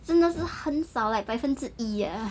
真的是很少 eh 百分之一